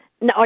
No